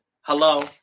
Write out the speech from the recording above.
Hello